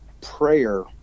prayer